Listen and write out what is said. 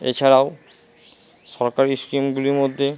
এছাড়াও সরকারি স্কিমগুলির মধ্যে